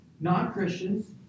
non-Christians